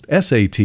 SAT